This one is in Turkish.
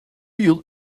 yıl